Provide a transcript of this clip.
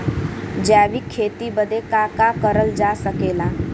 जैविक खेती बदे का का करल जा सकेला?